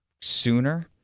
sooner